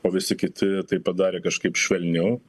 o visi kiti padarė kažkaip švelniau